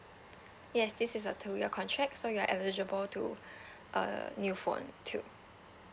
yes this is a two year contract so you are eligible to a new phone too